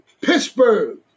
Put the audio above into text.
Pittsburgh